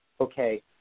okay